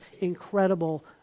incredible